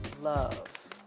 love